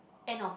end of